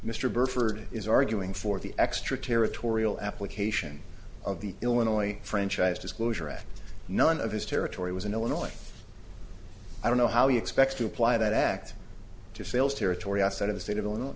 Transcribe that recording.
is arguing for the extraterritorial application of the illinois franchise disclosure act none of his territory was in illinois i don't know how he expects to apply that act to sales territory outside of the state of illinois